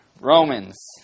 Romans